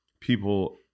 people